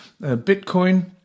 Bitcoin